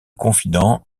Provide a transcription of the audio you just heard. confident